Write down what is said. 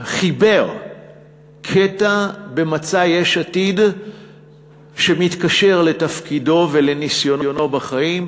חיבר קטע במצע יש עתיד שמתקשר לתפקידו ולניסיונו בחיים,